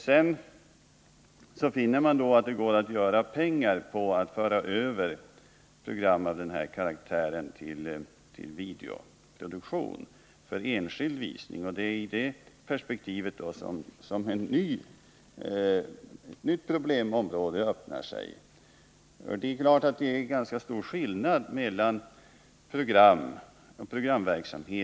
Sedan finner man att det går att göra pengar på att föra över program av den här karaktären till videoproduktion för enskild visning, och det är i det perspektivet som ett nytt problemområde öppnar sig. Det är klart att det är ganska stor skillnad mellan olika sorters programverksamhet.